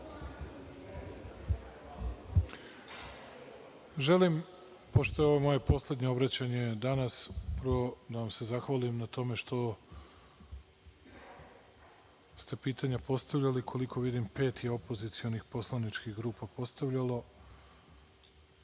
Vučić** Pošto je ovo moje poslednje obraćanje danas, želim prvo da vam se zahvalim na tome što ste pitanja postavljali, koliko vidim, pet je opozicionih poslaničkih grupa postavljalo. Nekoliko